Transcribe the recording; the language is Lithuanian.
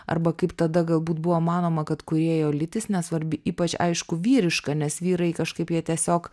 arba kaip tada galbūt buvo manoma kad kūrėjo lytis nesvarbi ypač aišku vyriška nes vyrai kažkaip jie tiesiog